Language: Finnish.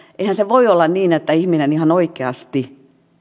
eihän se voi olla niin että pienituloinen ihminen ihan oikeasti